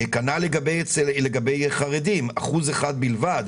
בקרב החרדים רק אחוז אחד בלבד